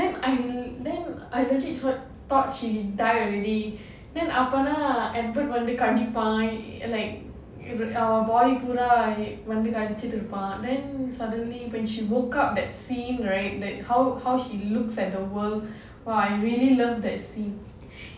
then I then I legit thought she die already then அப்பனா:appanaa edward வந்து கண்டிப்பா:vandhu kandippaa like அவ வந்து வாய:ava vanthu vaaya full ah கடிச்சிருப்பான்:kadichchiruppaan then suddenly when she woke up that scene right that how how she looks at the world !wah! I really love that scene